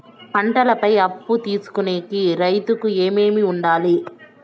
పంటల పై అప్పు తీసుకొనేకి రైతుకు ఏమేమి వుండాలి?